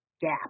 gap